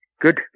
Good